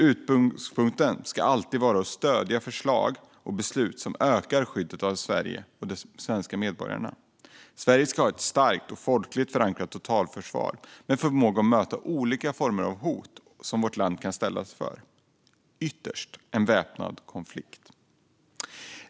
Utgångspunkten ska alltid vara att stödja förslag och beslut som ökar skyddet av Sverige och de svenska medborgarna. Sverige ska ha ett starkt och folkligt förankrat totalförsvar med förmåga att möta olika former av hot som vårt land kan ställas inför, ytterst en väpnad konflikt.